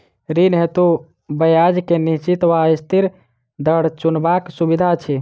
ऋण हेतु ब्याज केँ निश्चित वा अस्थिर दर चुनबाक सुविधा अछि